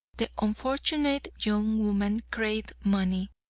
the unfortunate young woman craved money,